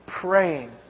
praying